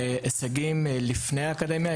הישגים לפני האקדמיה,